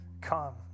come